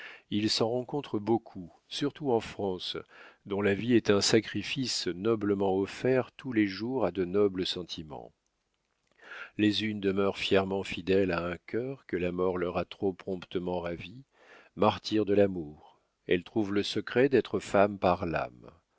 il s'en rencontre beaucoup surtout en france dont la vie est un sacrifice noblement offert tous les jours à de nobles sentiments les unes demeurent fièrement fidèles à un cœur que la mort leur a trop promptement ravi martyres de l'amour elles trouvent le secret d'être femmes par